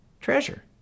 treasure